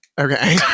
okay